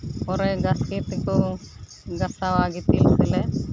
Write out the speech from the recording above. ᱯᱚᱨᱮ ᱜᱷᱟᱥᱮ ᱛᱮᱠᱚ ᱜᱟᱥᱟᱣᱟ ᱜᱤᱛᱤᱞ ᱛᱮ